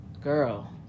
Girl